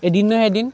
এদিন নহয় এদিন